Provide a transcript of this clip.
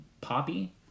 Poppy